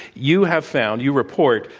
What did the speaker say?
you have found, you report,